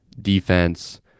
defense